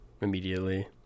immediately